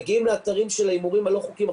מגיעים לאתרים של ההימורים הלא חוקיים.